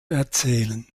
erzählen